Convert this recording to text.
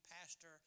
pastor